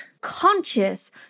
conscious